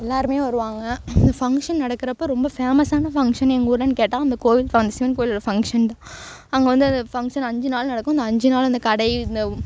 எல்லோருமே வருவாங்க இந்த ஃபங்க்ஷன் நடக்கிறப்போ ரொம்ப ஃபேமஸான ஃபங்க்ஷன் எங்கள் ஊருலேன்னு கேட்டால் அந்த கோவில் ஃபங்க்ஷன் கோவிலோடய ஃபங்க்ஷன் தான் அங்கே வந்து அது ஃபங்க்ஷன் அஞ்சு நாள் நடக்கும் இந்த அஞ்சு நாளும் இந்த கடை இந்த